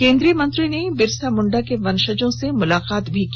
केंद्रीय मेंत्री ने बिरसा मुंडा के वंशजों से मुलाकात भी की